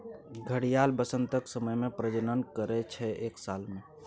घड़ियाल बसंतक समय मे प्रजनन करय छै एक साल मे